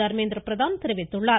தர்மேந்திர பிரதான் தெரிவித்துள்ளார்